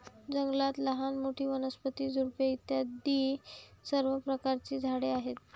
जंगलात लहान मोठी, वनस्पती, झुडपे इत्यादी सर्व प्रकारची झाडे आहेत